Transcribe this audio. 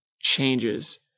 changes